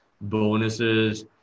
bonuses